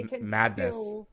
madness